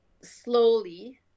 slowly